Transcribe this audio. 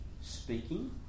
speaking